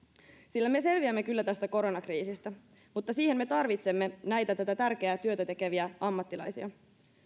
sillä me selviämme kyllä tästä koronakriisistä mutta siihen me tarvitsemme tätä tärkeää työtä tekeviä ammattilaisia